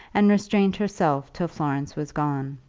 and restrained herself till florence was gone.